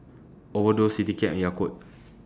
Overdose Citycab and Yakult